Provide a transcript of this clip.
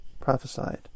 prophesied